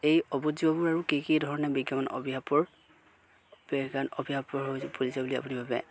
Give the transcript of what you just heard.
এই অৱজ্যবোৰ আৰু কি ধৰণে বিজ্ঞান অভিশাপৰ বুলি আপুনি ভাবে